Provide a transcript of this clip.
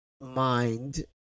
mind